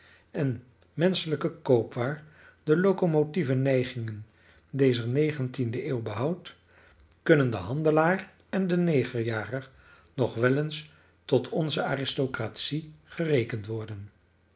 en menschelijke koopwaar de locomotieve neigingen dezer negentiende eeuw behoudt kunnen de handelaar en de negerjager nog wel eens tot onze aristocratie gerekend worden